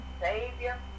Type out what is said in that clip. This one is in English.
Savior